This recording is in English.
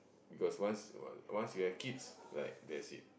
because once once you have kids like that's it